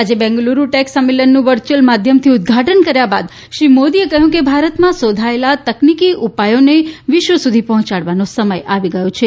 આજે બેંગલુરૂ ટેક સંમેલનનું વરર્યુઅલ માધ્યમથી ઉધ્ધાટન કાર્ય બાદ શ્રી મોદી એ કહ્યું કે ભારતમાં શોધાયેલાં તકનીકી ઉપાયોને વિશ્વ સુધી પહોંચાડવાનો સમય આવી ગયો છે